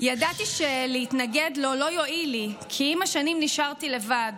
"ידעתי שלהתנגד לו לא יועיל לי כי עם השנים נשארתי לבד,